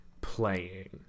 playing